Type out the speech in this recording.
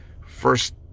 first